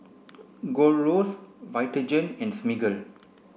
Gold Roast Vitagen and Smiggle